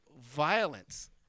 violence